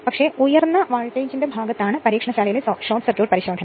എന്നാൽ ഉയർന്ന വോൾട്ടേജ് ഭാഗത്ത് ആണ് പരീക്ഷണശാലയിലെ ഷോർട്ട് സർക്യൂട്ട് പരിശോധന